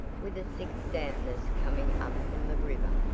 with a thick dampness coming up from the river,